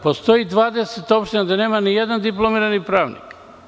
Postoji 20 opština gde nema ni jedan diplomirani pravnik.